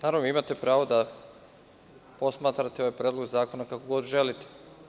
Naravno, imate pravo da posmatrate ovaj predlog zakona kako god želite.